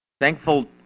Thankful